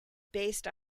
based